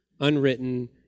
unwritten